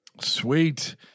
Sweet